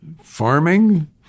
farming